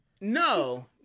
no